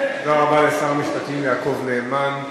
תודה רבה לשר המשפטים יעקב נאמן.